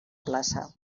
plaça